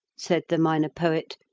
said the minor poet,